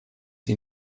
den